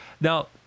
Now